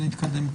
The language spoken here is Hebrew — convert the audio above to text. ונתקדם.